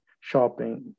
shopping